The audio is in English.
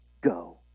go